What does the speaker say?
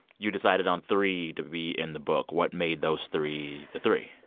you decided on three to be in the book. what made those three the three?